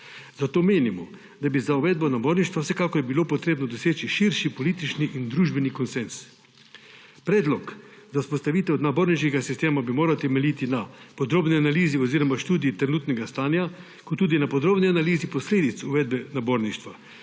Zato menimo, da bi bilo za uvedbo naborništva vsekakor treba doseči širši politični in družbeni konsenz. Predlog za vzpostavitev naborniškega sistema bi moral temeljiti na podrobni analizi oziroma študiji trenutnega stanja ter tudi na podrobni analizi posledic uvedbe naborništva,